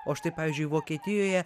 o štai pavyzdžiui vokietijoje